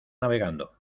navegando